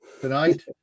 tonight